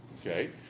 Okay